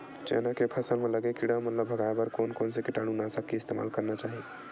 चना के फसल म लगे किड़ा मन ला भगाये बर कोन कोन से कीटानु नाशक के इस्तेमाल करना चाहि?